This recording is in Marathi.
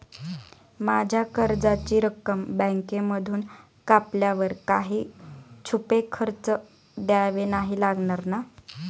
माझ्या कर्जाची रक्कम बँकेमधून कापल्यावर काही छुपे खर्च द्यावे नाही लागणार ना?